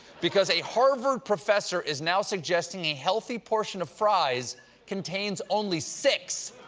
because a harvard professor is now suggesting a healthy portion of fries contains only six.